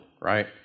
Right